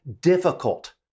difficult